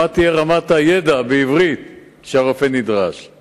מה תהיה רמת הידע בעברית שהרופא נדרש להוכיח?